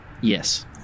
Yes